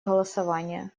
голосования